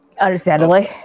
Understandably